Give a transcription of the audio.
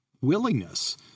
willingness –